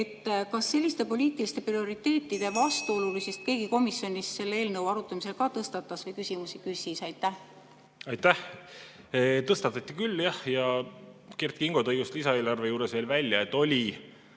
Kas selliste poliitiliste prioriteetide vastuolulisust keegi komisjonis selle eelnõu arutamisel ka tõstatas või [selle kohta] küsimusi küsis? Aitäh! Tõstatati küll, jah. Kert Kingo tõi just lisaeelarve juures veel välja, et oli